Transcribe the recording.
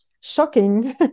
shocking